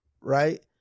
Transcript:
right